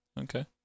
okay